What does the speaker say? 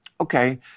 Okay